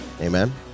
Amen